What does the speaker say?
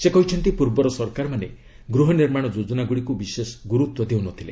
ସେ କହିଛନ୍ତି ପୂର୍ବର ସରକାରମାନେ ଗୃହନିର୍ମାଣ ଯୋଜନାଗୁଡ଼ିକୁ ବିଶେଷ ଗୁରୁତ୍ୱ ଦେଉ ନ ଥିଲେ